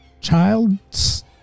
Child's